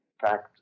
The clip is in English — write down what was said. fact